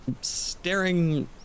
staring